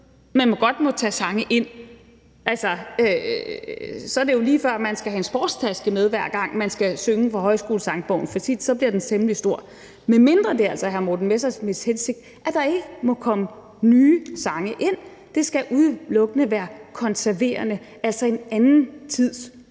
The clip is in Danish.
ud, men godt må tage sange ind, så er det jo lige før, man skal have en sportstaske med, hver gang man skal synge fra Højskolesangbogen, for så bliver den temmelig stor, medmindre det altså er hr. Morten Messerschmidts hensigt, at der ikke må komme nye sange ind, fordi det udelukkende skal være konserverende, altså en anden tids